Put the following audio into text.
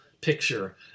picture